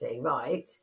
right